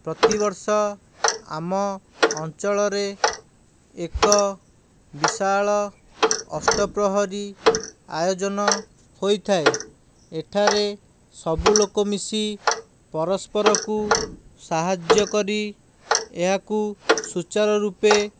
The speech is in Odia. ପ୍ରତିବର୍ଷ ଆମ ଅଞ୍ଚଳରେ ଏକ ବିଶାଳ ଅଷ୍ଟ ପ୍ରହରୀ ଆୟୋଜନ ହୋଇଥାଏ ଏଠାରେ ସବୁଲୋକ ମିଶି ପରସ୍ପରକୁ ସାହାଯ୍ୟ କରି ଏହାକୁ ସୂଚାରୁ ରୂପେ